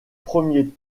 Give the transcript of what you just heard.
premiers